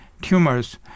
tumors